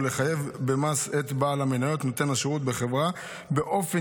ולחייב במס את בעל המניות נותן השירות בחברה באופן